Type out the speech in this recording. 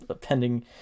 pending